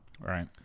Right